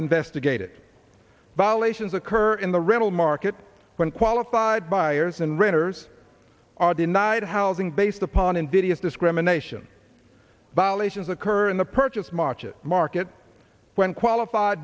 investigated violations occur in the rental market when qualified buyers and renters are denied housing based upon invidious discrimination violations occur in the purchase margit market when qualified